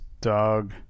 Dog